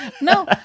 No